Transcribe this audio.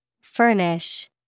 Furnish